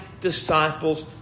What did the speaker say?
disciples